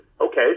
okay